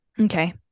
Okay